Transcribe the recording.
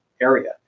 area